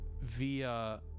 via